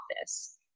office